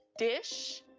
dish.